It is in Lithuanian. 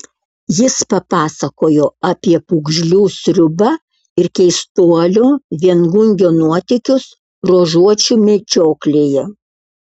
jis papasakojo apie pūgžlių sriubą ir keistuolio viengungio nuotykius ruožuočių medžioklėje